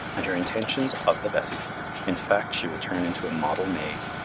and her intentions of the best in fact, she will turn into a model maid.